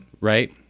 Right